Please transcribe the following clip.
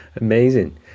Amazing